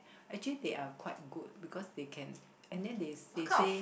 actually they are quite good because they can and then they they say